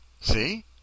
See